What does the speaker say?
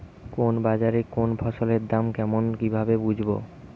কোন বাজারে কোন ফসলের দাম কেমন কি ভাবে বুঝব?